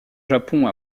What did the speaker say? japon